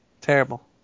terrible